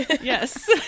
Yes